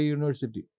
University